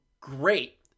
great